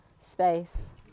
space